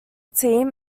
team